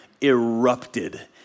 erupted